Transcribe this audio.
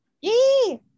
Yee